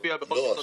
חבר הכנסת,